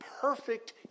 perfect